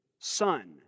Son